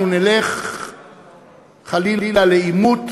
אנחנו נלך חלילה לעימות,